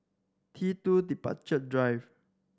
T Two Departure Drive